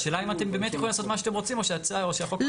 השאלה אם אתם באמת תוכלו מה שאתם רוצים או שהחוק --- לא,